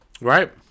Right